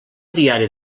diari